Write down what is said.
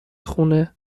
خونه